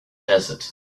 desert